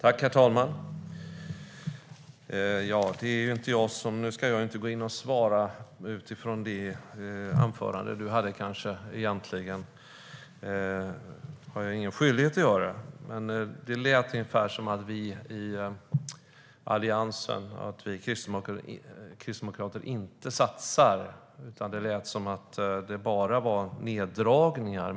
Herr talman! Jag har egentligen ingen skyldighet att gå in och svara på det anförande du höll, Niclas Malmberg, men det lät ungefär som att vi i Alliansen och vi kristdemokrater inte satsar. Det lät som att det bara var neddragningar.